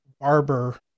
barber